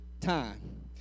time